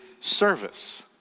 service